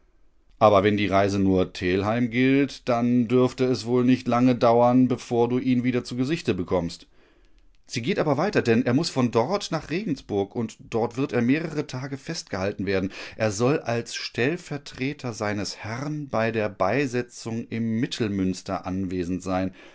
aber wenn die reise nur telheim gilt dann dürfte es wohl nicht lange dauern bevor du ihn wieder zu gesichte bekommst sie geht aber weiter denn er muß von dort nach regensburg und dort wird er mehrere tage festgehalten werden er soll als stellvertreter seines herrn bei der beisetzung im mittelmünster anwesend sein